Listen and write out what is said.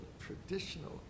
traditional